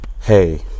Hey